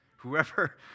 Whoever